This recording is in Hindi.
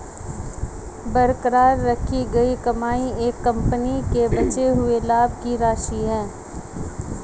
बरकरार रखी गई कमाई एक कंपनी के बचे हुए लाभ की राशि है